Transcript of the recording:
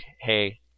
hey